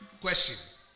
Question